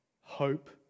hope